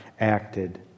acted